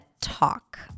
talk